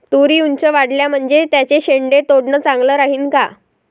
तुरी ऊंच वाढल्या म्हनजे त्याचे शेंडे तोडनं चांगलं राहीन का?